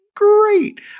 Great